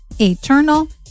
eternal